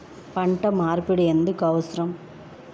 పంట మార్పిడి ఎందుకు అవసరం?